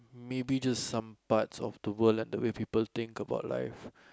maybe just some parts of the world like the way people think about life